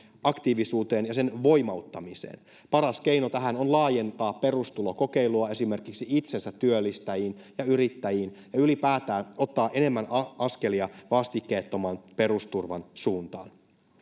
aktiivisuuteen ja sen voimauttamiseen paras keino tähän on laajentaa perustulokokeilua esimerkiksi itsensä työllistäjiin ja yrittäjiin ja ylipäätään ottaa enemmän askelia vastikkeettoman perusturvan suuntaan